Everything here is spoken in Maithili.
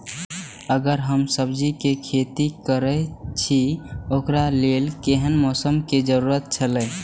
अगर हम सब्जीके खेती करे छि ओकरा लेल के हन मौसम के जरुरी छला?